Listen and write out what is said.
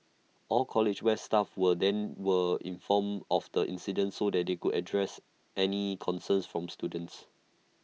all college west staff were then were informed of the incident so they could address any concerns from students